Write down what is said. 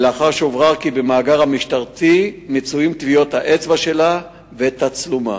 ולאחר שהוברר כי במאגר המשטרתי יש טביעות האצבע שלה ותצלומה.